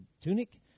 tunic